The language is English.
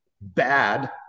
bad